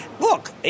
look